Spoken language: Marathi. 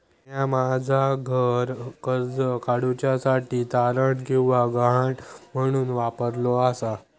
म्या माझा घर कर्ज काडुच्या साठी तारण किंवा गहाण म्हणून वापरलो आसा